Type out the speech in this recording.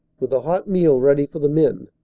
with a hot meal ready for the men.